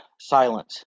silence